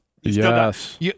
Yes